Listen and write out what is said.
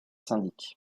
syndic